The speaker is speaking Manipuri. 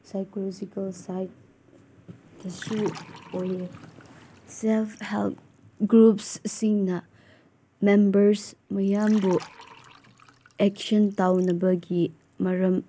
ꯁꯥꯏꯀꯣꯂꯣꯖꯤꯀꯦꯜ ꯁꯥꯏꯠꯇꯁꯨ ꯑꯣꯏꯌꯦ ꯁꯦꯜꯐ ꯍꯦꯜꯞ ꯒ꯭ꯔꯨꯞ ꯁꯤꯡꯅ ꯃꯦꯝꯕꯔꯁ ꯃꯌꯥꯝꯕꯨ ꯑꯦꯛꯁꯟ ꯇꯧꯅꯕꯒꯤ ꯃꯔꯝ